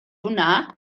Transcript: hwnna